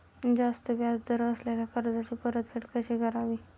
जास्त व्याज दर असलेल्या कर्जाची परतफेड कशी करावी?